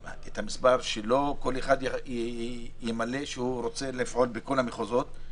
המספר כדי שלא כל אחד ימלא שהוא רוצה לפעול בכל המחוזות,